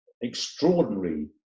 extraordinary